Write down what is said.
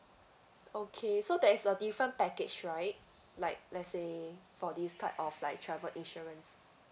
okay so there's a different package right like let's say for this type of like travel insurance